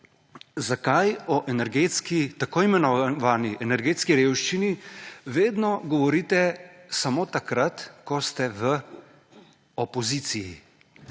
zakaj o tako imenovani energetski revščini vedno govorite samo takrat, ko ste v opoziciji?